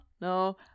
no